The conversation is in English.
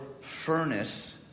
furnace